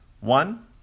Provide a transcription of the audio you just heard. One